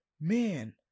man